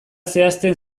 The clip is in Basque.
zehazten